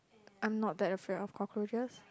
I'm not that afraid of cockroaches